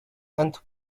and